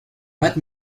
matt